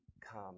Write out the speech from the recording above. come